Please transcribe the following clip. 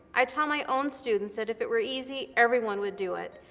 i tell my own students that if it were easy, everyone would do it.